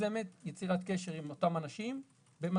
יוזמת יצירת קשר עם אותם אנשים במטרה